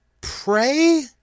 pray